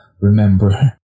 remember